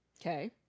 okay